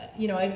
you know,